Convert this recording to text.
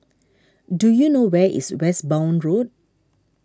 do you know where is Westbourne Road